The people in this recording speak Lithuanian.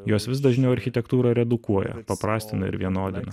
jos vis dažniau architektūrą redukuoja paprastina ir vienodiems